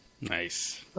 Nice